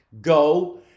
go